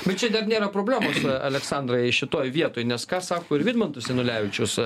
bet čia dar nėra problemos aleksandrai šitoj vietoj nes ką sako ir vidmantas janulevičius